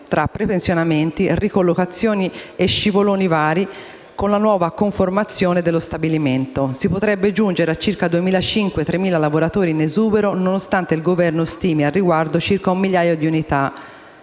tra prepensionamenti, ricollocazioni e scivoloni vari con la nuova conformazione dello stabilimento si potrebbe giungere a circa 2.500-3.000 lavoratori in esubero nonostante il Governo stimi, al riguardo, circa un migliaio di unità.